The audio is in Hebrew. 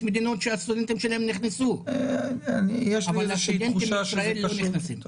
יש מדינות שהסטודנטים שלהן נכנסו אבל הסטודנטים מישראל לא נכנסים.